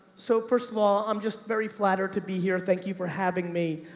so first of all, i'm just very flattered to be here. thank you for having me.